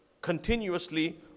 continuously